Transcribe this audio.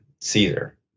Caesar